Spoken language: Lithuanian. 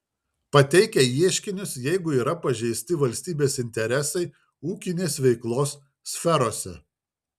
pateikia ieškinius jeigu yra pažeisti valstybės interesai ūkinės veiklos sferose